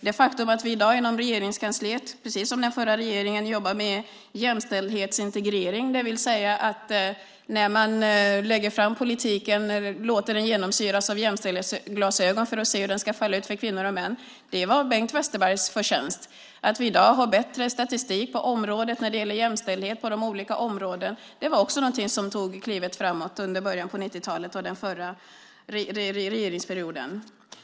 Det faktum att vi i dag inom Regeringskansliet, precis som den förra regeringen, jobbar med jämställdhetsintegrering, det vill säga att man, när man lägger fram politiken, låter den granskas med jämställdhetsglasögon för att se hur den ska falla ut för kvinnor och män, är Bengt Westerbergs förtjänst. Att vi i dag har bättre statistik när det gäller jämställdhet på de olika områdena var också något som innebar ett steg framåt i början av 90-talet under den förra borgerliga regeringsperioden.